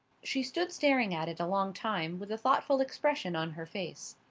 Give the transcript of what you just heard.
she stood staring at it a long time with a thoughtful expression on her face.